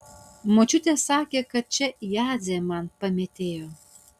močiutė sakė kad čia jadzė man pametėjo